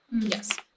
Yes